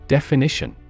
Definition